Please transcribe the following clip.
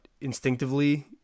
instinctively